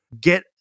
Get